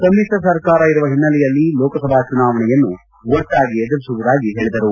ಸಮಿತ್ರ ಸರ್ಕಾರ ಇರುವ ಹಿನ್ನಲೆಯಲ್ಲಿ ಲೋಕಸಭಾ ಚುನಾವಣೆಯನ್ನೂ ಒಟ್ಪಾಗಿ ಎದುರಿಸುವುದಾಗಿ ಹೇಳಿದರು